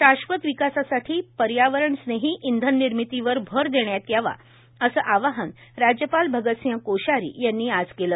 श्वाश्वत विकासासाठी पर्यावरणस्नेही इंधननिर्मितीवर भर देण्यात यावा असे आवाहन राज्यपाल भगत सिंह कोश्यारी यांनी आज येथे केले